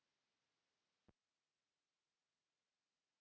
Kiitos,